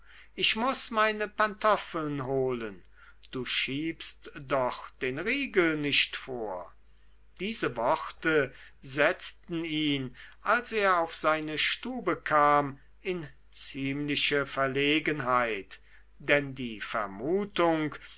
ich muß meine pantoffeln holen du schiebst doch den riegel nicht vor diese worte setzten ihn als er auf seine stube kam in ziemliche verlegenheit denn die vermutung